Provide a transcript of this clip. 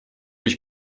mich